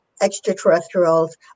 Extraterrestrials